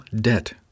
debt